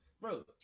bro